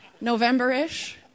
November-ish